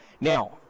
now